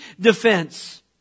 defense